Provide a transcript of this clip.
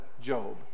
Job